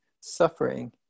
suffering